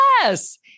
yes